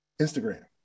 Instagram